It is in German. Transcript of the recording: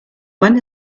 wann